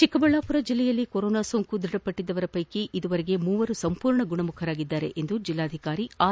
ಚಿಕ್ಕಬಳ್ಣಾಪುರ ಜಿಲ್ಲೆಯಲ್ಲಿ ಕೊರೊನಾ ಸೋಂಕು ದ್ವಢಪಟ್ಲದ್ದವರ ಪ್ಲೆಕಿ ಇದುವರೆಗೆ ಮೂವರು ಸಂಪೂರ್ಣ ಗುಣಮುಖರಾಗಿದ್ದಾರೆ ಎಂದು ಜಿಲ್ಲಾಧಿಕಾರಿ ಆರ್